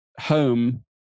home